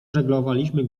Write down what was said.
żeglowaliśmy